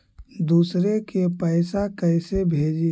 दुसरे के पैसा कैसे भेजी?